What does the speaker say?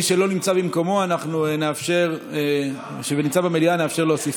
ההצעה להעביר את הנושא לוועדת החוץ והביטחון נתקבלה.